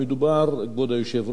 כבוד היושב-ראש, באלפי בתים